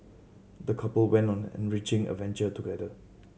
the couple went on the enriching adventure together